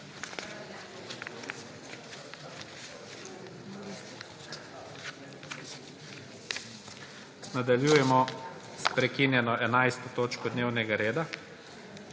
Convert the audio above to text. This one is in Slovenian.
Nadaljujemo s prekinjeno 11. točko dnevnega reda,